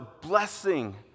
blessing